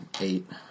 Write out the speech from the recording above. eight